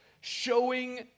showing